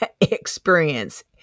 experience